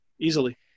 Easily